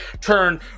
turn